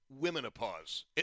womenopause